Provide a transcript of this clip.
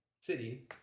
city